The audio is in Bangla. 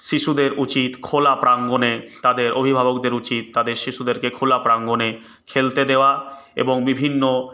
শিশুদের উচিত খোলা প্রাঙ্গণে তাদের অভিভাবকদের উচিত তাদের শিশুদেরকে খোলা প্রাঙ্গণে খেলতে দেওয়া এবং বিভিন্ন